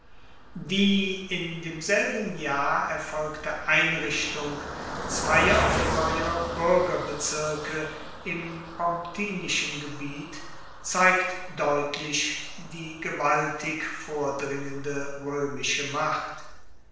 die in demselben jahr erfolgte einrichtung zweier neuer buergerbezirke im pomptinischen gebiet zeigt deutlich die gewaltig vordringende roemische macht